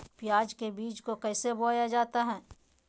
प्याज के बीज को कैसे बोया जाता है?